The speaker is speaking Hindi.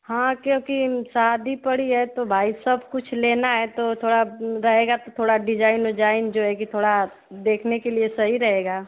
हाँ क्योंकि शादी पड़ी है तो भाई सब कुछ लेना है तो थोड़ा रहेगा तो थोड़ा डिजाइन विजाइन जो है कि थोड़ा देखने के लिए सही रहेगा